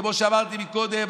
כמו שאמרתי קודם,